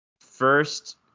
first